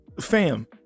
Fam